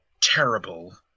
terrible